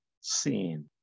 seen